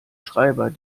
schreiber